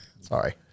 Sorry